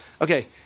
okay